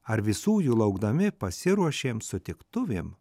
ar visų jų laukdami pasiruošėm sutiktuvėm